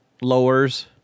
lowers